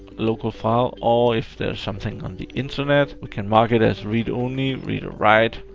local file, or if there's something on the internet. we can mark it as read only, read or write,